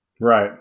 Right